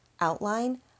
outline